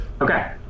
Okay